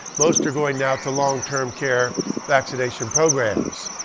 most are going now to long term care vaccination programs.